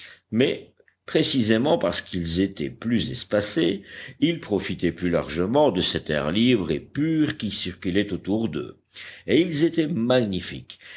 mais précisément parce qu'ils étaient plus espacés ils profitaient plus largement de cet air libre et pur qui circulait autour d'eux et ils étaient magnifiques